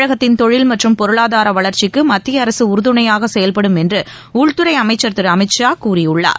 தமிழகத்தின் தொழில் மற்றும் பொருளாதார வளர்ச்சிக்கு மத்திய அரசு உறுதுணையாக செயல்படும் என்று உள்துறை அமைச்சர் திரு அமித் ஷா கூறியுள்ளார்